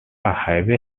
highway